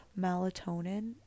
melatonin